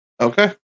Okay